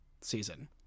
season